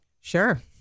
Sure